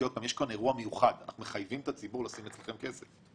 כי יש פה אירוע מיוחד אנחנו מחייבים את הציבור לשים אצלכם כסף.